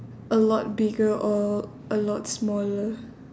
a lot bigger or a lot smaller